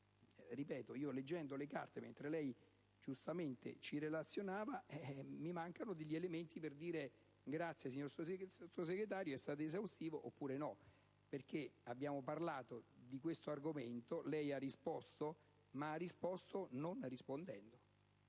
Ripeto, leggendo le carte, mentre lei giustamente ci relazionava, mi mancano degli elementi per dire: «Grazie, signor Sottosegretario, è stato esaustivo». Abbiamo parlato di questo argomento e lei ha risposto, ma lo ha fatto sostanzialmente